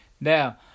Now